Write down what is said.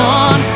on